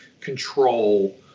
control